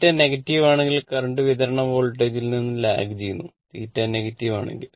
Θ negative ആണെങ്കിൽ current വിതരണ വോൾട്ടേജിൽ നിന്നും ലാഗ് ചെയ്യുന്നു θ നെഗറ്റീവ് ആണെങ്കിൽ